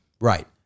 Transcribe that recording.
right